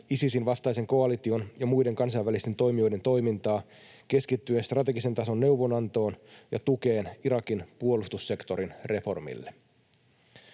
Isisin vastaisen koalition ja muiden kansainvälisten toimijoiden toimintaa keskittyen strategisen tason neuvonantoon ja tukeen Irakin puolustussektorin reformille.